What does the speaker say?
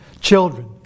children